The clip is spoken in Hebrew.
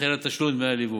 יחל תשלום דמי הליווי.